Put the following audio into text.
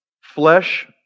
flesh